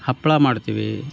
ಹಪ್ಪಳ ಮಾಡ್ತೀವಿ